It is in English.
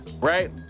right